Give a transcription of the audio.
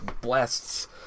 blasts